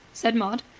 said maud.